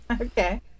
Okay